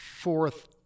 fourth